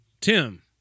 Tim